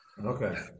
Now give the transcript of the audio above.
Okay